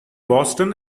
boston